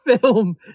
film